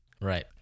Right